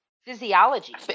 physiology